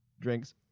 drinks